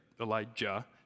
Elijah